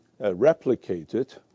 replicated